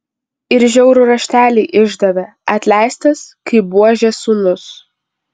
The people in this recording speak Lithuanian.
ir žiaurų raštelį išdavė atleistas kaip buožės sūnus